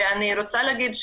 אני רוצה להגיד,